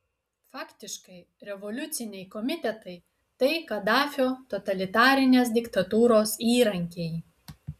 faktiškai revoliuciniai komitetai tai kadafio totalitarinės diktatūros įrankiai